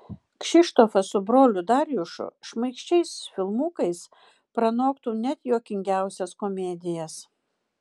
kšištofas su broliu darjušu šmaikščiais filmukais pranoktų net juokingiausias komedijas